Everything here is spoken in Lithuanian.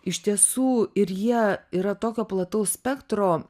iš tiesų ir jie yra tokio plataus spektro